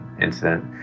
incident